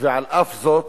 על אף זאת